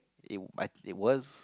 it I it was